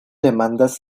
demandas